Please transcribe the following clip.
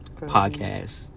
podcast